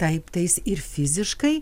taip tai jis ir fiziškai